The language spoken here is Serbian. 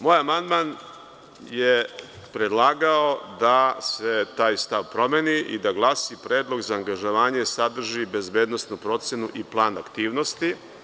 Moj amandman je predlagao da se taj stav promeni i da glasi – predlog za angažovanje sadrži bezbednosnu procenu i plan aktivnosti.